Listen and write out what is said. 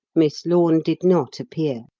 miss lorne did not appear.